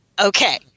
Okay